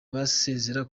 basezera